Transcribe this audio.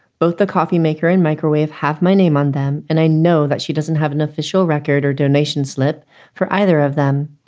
both the coffeemaker and microwave have my name on them, and i know that she doesn't have an official record or donation slip for either of them.